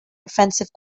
offensive